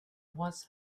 was